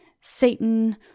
Satan